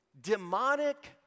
demonic